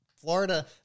Florida